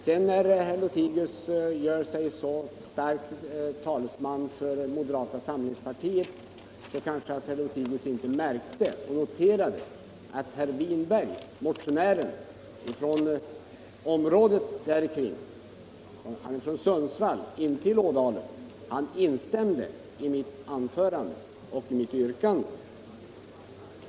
Herr Lothigius gjorde sig till talesman för moderata samlingspartiet, men han kanske inte noterat att motionären herr Winberg, som är från Sundsvall — inte från Ådalen — instämde i mitt anförande och i mitt yrkande.